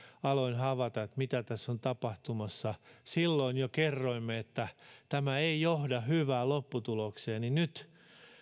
aloin havaita mitä tässä on tapahtumassa silloin jo kerroimme että tämä ei johda hyvään lopputulokseen nyt